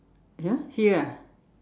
!huh! here